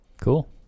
cool